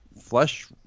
flesh